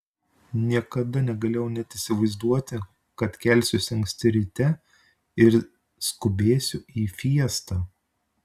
niekada negalėjau net įsivaizduoti kad kelsiuosi anksti ryte ir skubėsiu į fiestą